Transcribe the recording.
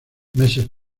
meses